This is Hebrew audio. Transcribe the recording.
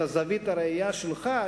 את זווית הראייה שלך,